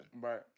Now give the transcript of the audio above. Right